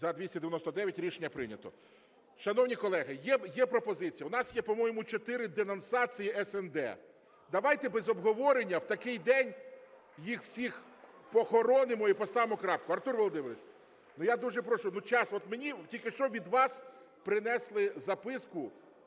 За-299 Рішення прийнято. Шановні колеги, є пропозиція… У нас є, по-моєму, чотири денонсації СНД. Давайте без обговорення в такий день їх всіх похоронимо і поставимо крапку. Артур Володимирович, я дуже прошу, ну, час… От мені тільки що від вас принесли записку